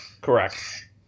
Correct